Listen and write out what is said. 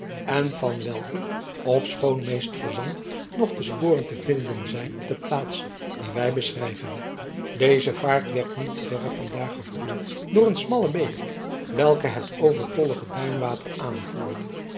en van welke ofschoon meest verzand nog de sporen te vinden zijn op de plaats die wij beschrijven deze vaart werd niet verre van daar gevoed door een smalle beek welke het overtollige duinwater aanvoerde